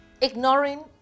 ignoring